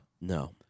No